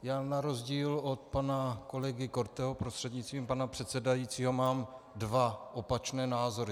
Já na rozdíl od pana kolegy Korteho, prostřednictvím pana předsedajícího, mám dva opačné názory.